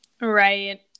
Right